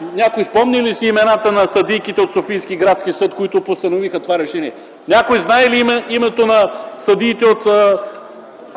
някой спомня ли си имената на съдийките от Софийския градски съд, които постановиха това решение? Някой знае ли имената на съдиите от